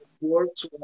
works